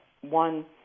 one